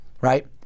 right